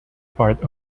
part